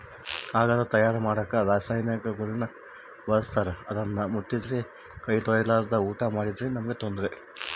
ಕಾಗದ ತಯಾರ ಮಾಡಕ ರಾಸಾಯನಿಕಗುಳ್ನ ಬಳಸ್ತಾರ ಅದನ್ನ ಮುಟ್ಟಿದ್ರೆ ಕೈ ತೊಳೆರ್ಲಾದೆ ಊಟ ಮಾಡಿದ್ರೆ ನಮ್ಗೆ ತೊಂದ್ರೆ